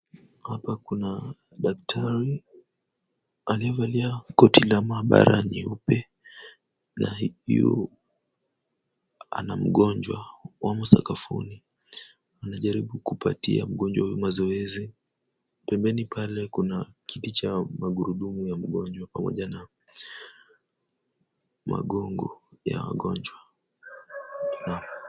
Hapa kuna daktari, aliyevalia koti la maabara nyeupe. Na huyu ana mgonjwa wamo sakafuni. Anajaribu kupatia mgonjwa huyu mazoezi. Pembeni pale kuna kiti cha magurudumu ya mgonjwa pamoja na magongo ya wagonjwa.